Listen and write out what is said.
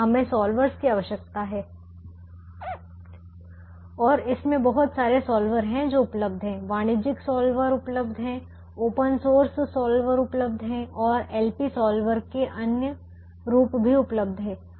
हमें सॉल्वर्स की आवश्यकता है और इसमें बहुत सारे सॉल्वर हैं जो उपलब्ध हैं वाणिज्यिक सॉल्वर उपलब्ध हैं ओपन सोर्स सॉल्वर उपलब्ध हैं और LP सॉल्वर के अन्य रूप भी उपलब्ध हैं